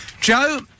Joe